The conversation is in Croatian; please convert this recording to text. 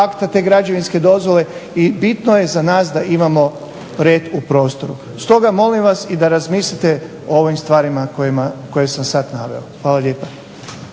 Hvala lijepa.